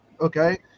Okay